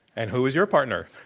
and who is your partner?